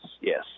yes